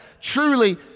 truly